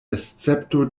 escepto